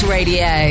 Radio